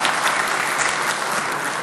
(מחיאות כפיים)